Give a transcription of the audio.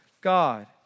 God